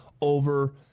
over